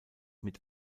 mit